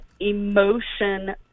emotion